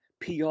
PR